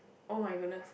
oh-my-goodness